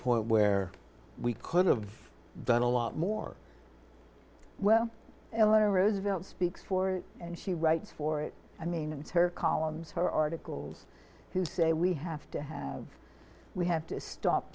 point where we could've done a lot more well eleanor roosevelt speaks for and she writes for it i mean and her columns her articles who say we have to have we have to stop